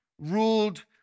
ruled